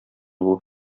булып